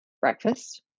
Breakfast